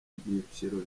byiciro